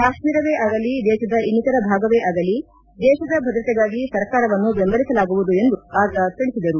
ಕಾಶ್ವೀರವೇ ಆಗಲಿ ದೇಶದ ಇನ್ನಿತರೆ ಭಾಗವೇ ಆಗಲಿ ದೇಶದ ಭದ್ರತೆಗಾಗಿ ಸರ್ಕಾರವನ್ನು ಬೆಂಬಲಿಸಲಾಗುವುದು ಎಂದು ಆಜಾದ್ ತಿಳಸಿದರು